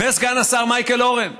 וסגן השר מייקל אורן,